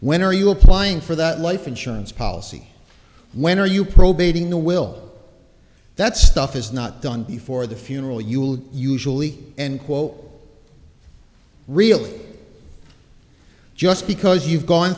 when are you applying for that life insurance policy when are you probating the will that stuff is not done before the funeral you will usually end quote really just because you've gone